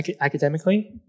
Academically